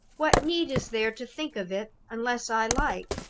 what need is there to think of it, unless i like?